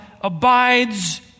abides